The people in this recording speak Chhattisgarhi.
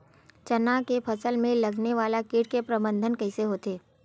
चना के फसल में लगने वाला कीट के प्रबंधन कइसे होथे?